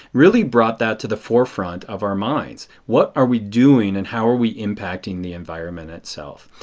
really brought that to the forefront of our minds. what are we doing and how are we impacting the environment itself.